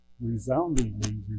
resoundingly